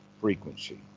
frequency